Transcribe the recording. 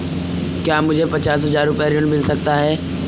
क्या मुझे पचास हजार रूपए ऋण मिल सकता है?